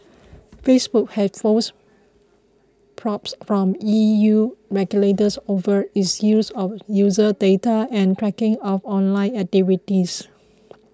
facebook has faced probes from E U regulators over its use of user data and tracking of online activities